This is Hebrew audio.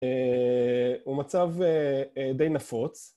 הוא מצב די נפוץ